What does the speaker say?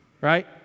right